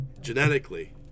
genetically